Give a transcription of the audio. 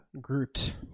Groot